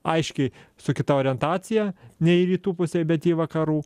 aiškiai su kita orientacija ne į rytų pusę bet į vakarų